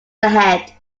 ahead